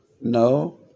No